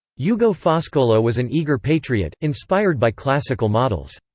yeah ugo foscolo was an eager patriot, inspired by classical models.